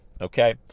okay